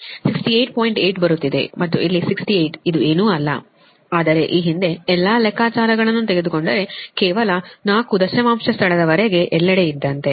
8 ಬರುತ್ತಿದೆ ಮತ್ತು ಇಲ್ಲಿ 68 ಇದು ಏನೂ ಅಲ್ಲ ಆದರೆ ಈ ಹಿಂದೆ ಎಲ್ಲಾ ಲೆಕ್ಕಾಚಾರಗಳನ್ನು ತೆಗೆದುಕೊಂಡರೆ ಕೇವಲ 4 ದಶಮಾಂಶ ಸ್ಥಳಗಳವರೆಗೆ ಎಲ್ಲೆಡೆ ಇದ್ದಂತೆ